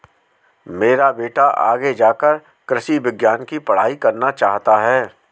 मेरा बेटा आगे जाकर कृषि विज्ञान की पढ़ाई करना चाहता हैं